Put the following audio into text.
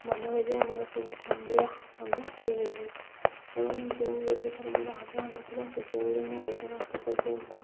ଭଲ ହୋଇଯାଏ ମୋର ସବୁ ଖଣ୍ଡିଆ ମଧ୍ୟ ଠିକ୍ ହୋଇଯାଏ ଏବଂ ଯେଉଁ ଗୋଟେ ଥର ମୋର ହାତ ଭାଙ୍ଗିଥିଲା ସେତେବେଳେ ମୁଁ ଗୋଟେ ମାସ ପର୍ଯ୍ୟନ୍ତ